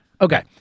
Okay